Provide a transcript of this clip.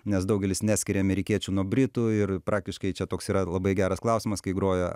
nes daugelis neskiria amerikiečių nuo britų ir praktiškai čia toks yra labai geras klausimas kai groja